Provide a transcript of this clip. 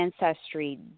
Ancestry